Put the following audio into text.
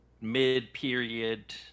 mid-period